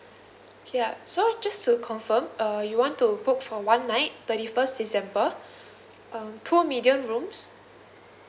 ya so just to confirm uh you want to book for one night thirty first december um two medium rooms